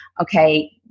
okay